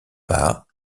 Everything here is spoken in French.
pas